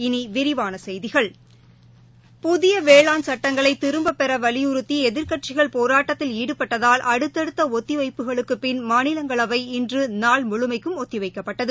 இனி விரிவான செய்திகள் புதிய வேளாண் சட்டங்களை திரும்பப்பெற வலியுறுத்தி எதிர்க்கட்சிகள் போராட்டத்தில் ஈடுபட்டதால் அடுத்தடுத்த ஒத்தி வைப்புகளுக்கு பின் மாநிலங்களவை இன்று நாள் முழுமைக்கும் ஒத்திவைக்கப்பட்டது